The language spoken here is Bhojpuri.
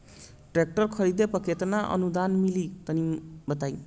ट्रैक्टर खरीदे पर कितना के अनुदान मिली तनि बताई?